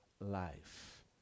life